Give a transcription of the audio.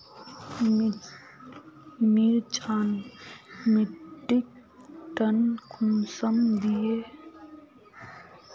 मिर्चान मिट्टीक टन कुंसम दिए?